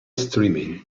streaming